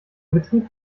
betrieb